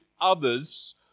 others